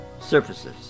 surfaces